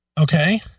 Okay